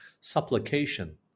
Supplication